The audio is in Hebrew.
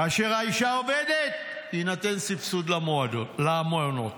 כאשר האישה עובדת יינתן סבסוד למעונות.